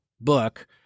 book